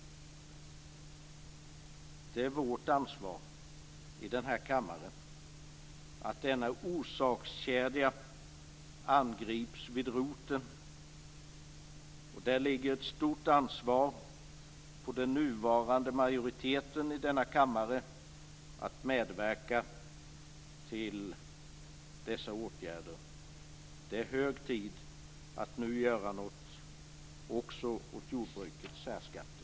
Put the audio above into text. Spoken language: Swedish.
Det är vårt ansvar i denna kammare att denna orsakskedja angrips vid roten. Det ligger ett stort ansvar på den nuvarande majoriteten för att medverka till dessa åtgärder. Det är hög tid att göra något åt också jordbrukets särskatter.